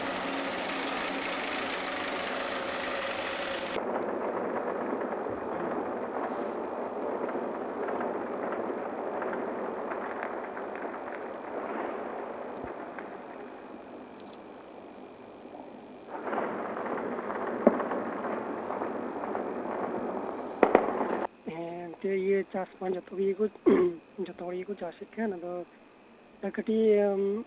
ᱦᱮᱸ ᱪᱟᱥ ᱠᱷᱟᱱ ᱡᱚᱛᱚ ᱦᱚᱲ ᱜᱮᱠᱚ ᱪᱟᱥᱮᱫ ᱛᱟᱦᱮᱸᱫ ᱱᱚᱝᱠᱟᱱ ᱟᱹᱰᱤ ᱦᱚᱲ ᱢᱮᱱᱟᱜ ᱠᱚᱣᱟ ᱪᱟᱥ ᱮᱫᱟᱠᱚ